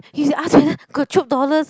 you should ask whether got dollars